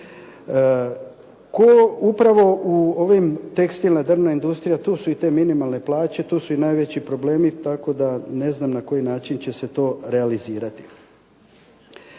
upravo u ovim tekstilnoj drvnoj industriji, tu su i te minimalne plaće, tu su i najveći problemi, tako da ne znam na koji način će se to realizirati.